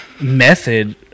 method